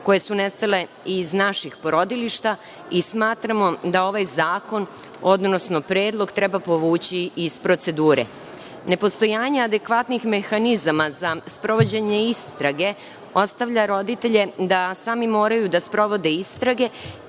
koje su nestale iz naših porodilišta i smatramo da ovaj zakon, odnosno predlog treba povući iz procedure. Nepostojanja adekvatnih mehanizama za sprovođenje istrage ostavlja roditelje da sami moraju da sprovode istrage